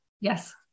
Yes